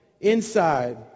inside